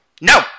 No